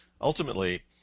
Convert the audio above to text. ultimately